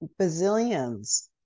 bazillions